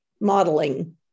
modeling